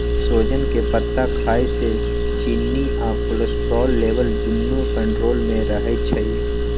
सोजन के पत्ता खाए से चिन्नी आ कोलेस्ट्रोल लेवल दुन्नो कन्ट्रोल मे रहई छई